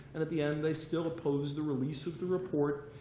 and at the end, they still opposed the release of the report.